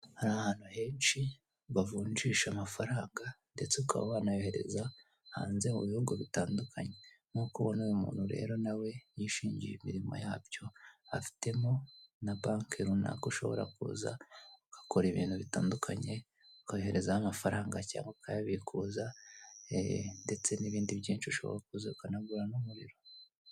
Hari ahantu henshi bavungisha amafaranga ndetse ukaba wanayohereza hanze mu bihugu bitandukanye nkuko ubona uyu muntu rero nawe yishingiye imirimo yabyo afitemo na banke runaka ushobora kuza ugakora ibintu bitandukanye ukoherezaho amafaranga cyangwa ukayabikuza eee ndetse n'ibindi byinshi ushobora kuza ukanagura n'umuriro.